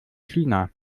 china